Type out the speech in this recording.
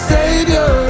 Savior